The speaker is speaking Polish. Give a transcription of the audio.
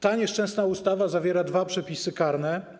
Ta nieszczęsna ustawa zawiera dwa przepisy karne.